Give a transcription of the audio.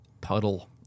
Puddle